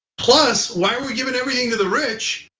plus, why are we giving everything to the rich?